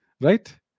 right